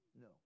No